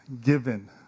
given